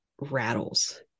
rattles